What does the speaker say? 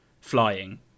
flying